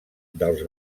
dels